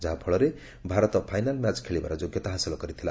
ଯାହାଫଳରେ Bharat final match ଖେଳିବାର ଯୋଗ୍ୟତା ହାସଲ କରିଥିଲା